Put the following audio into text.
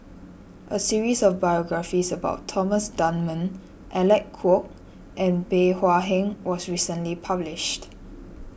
a series of biographies about Thomas Dunman Alec Kuok and Bey Hua Heng was recently published